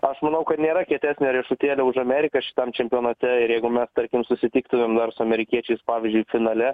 aš manau kad nėra kietesnio riešutėlio už ameriką šitam čempionate ir jeigu mes tarkim susitiktumėm dar su amerikiečiais pavyzdžiui finale